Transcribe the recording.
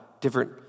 different